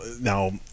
now